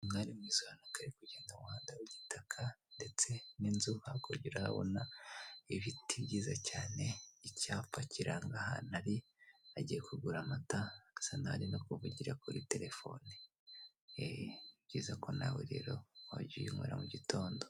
Umwari mwiza n'uko ari kugenda mu muhanda w'gitaka ndetse n'inzu hakurya urahabona ibiti byiza cyane, icyapa kiranga ahantu ari agiye kugura amata asa n'aho ari no kuvugira kuri terefone ni byiza ko nawe rero wajya uyinywera mu gitondo.